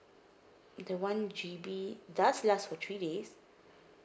the one G_B does last for three days